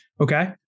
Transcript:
Okay